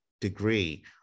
degree